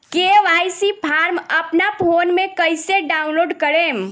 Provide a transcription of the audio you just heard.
KYC form अपना phone मे कइसे डाऊनलोड करेम?